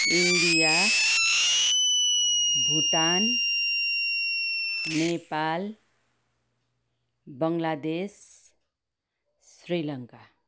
India Bhutan Nepal Bangladesh Sri Lanka